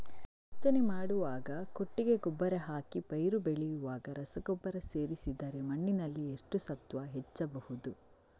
ಬಿತ್ತನೆ ಮಾಡುವಾಗ ಕೊಟ್ಟಿಗೆ ಗೊಬ್ಬರ ಹಾಕಿ ಪೈರು ಬೆಳೆಯುವಾಗ ರಸಗೊಬ್ಬರ ಸೇರಿಸಿದರೆ ಮಣ್ಣಿನಲ್ಲಿ ಎಷ್ಟು ಸತ್ವ ಹೆಚ್ಚಬಹುದು?